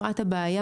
לא את הבעיה,